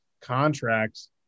contracts